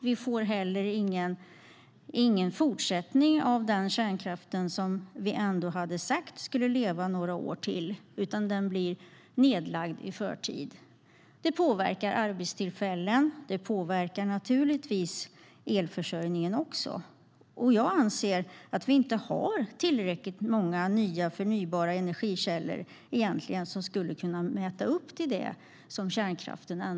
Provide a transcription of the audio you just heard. Det blir inte heller någon fortsättning av den kärnkraft som vi hade sagt skulle finnas i några år till. Den blir alltså nedlagd i förtid. Det påverkar arbetstillfällen och naturligtvis också elförsörjningen. Jag anser att vi inte har tillräckligt många förnybara energikällor som skulle kunna mäta sig med kärnkraften.